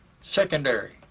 Secondary